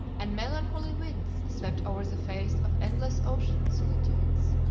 and melancholy winds swept over the face of endless ocean solitudes.